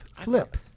Flip